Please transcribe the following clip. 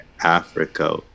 Africa